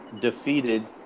defeated